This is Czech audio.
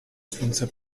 slunce